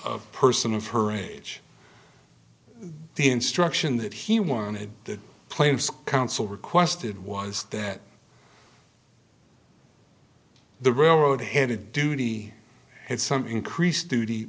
a person of her age the instruction that he wanted the plaintiff's counsel requested was that the railroad head of duty had some increased duty